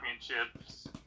championships